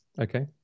okay